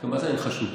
מה זה "אין חשודים"?